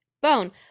bone